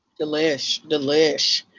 delish. delish.